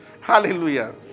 Hallelujah